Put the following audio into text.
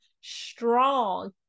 strong